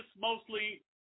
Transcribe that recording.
mostly